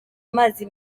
amazi